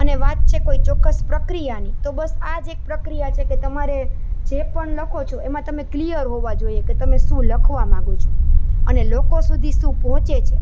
અને વાત છે કોઈ ચોક્કસ પ્રક્રિયાની તો બસ આ જ એક પ્રક્રિયા છે કે તમારે જે પણ લખો છે એમા તમે ક્લિયર હોવા જોઈએ કે તમે શું લખવા માંગો છો અને લોકો સુધી શું પહોંચે છે